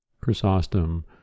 Chrysostom